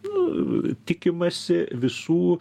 nu tikimasi visų